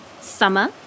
summer